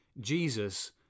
Jesus